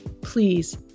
please